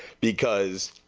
because,